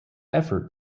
effort